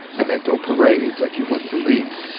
and they throw parades like you wouldn't believe.